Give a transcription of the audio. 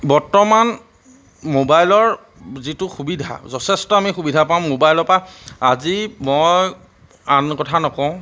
বৰ্তমান মোবাইলৰ যিটো সুবিধা যথেষ্ট আমি সুবিধা পাওঁ মোবাইলৰ পৰা আজি মই আন কথা নকওঁ